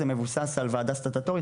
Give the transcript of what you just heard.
מבוססים על ועדה סטטוטורית,